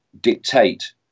dictate